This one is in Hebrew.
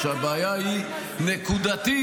-- שהבעיה היא נקודתית,